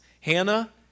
Hannah